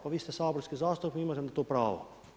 Pa vi ste saborski zastupnik, vi imate na to pravo.